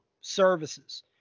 services